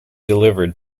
delivered